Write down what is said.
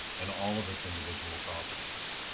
and all of its individual properties.